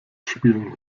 spielen